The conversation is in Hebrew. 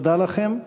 תודה לכם.